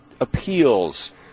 appeals